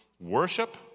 worship